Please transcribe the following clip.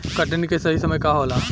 कटनी के सही समय का होला?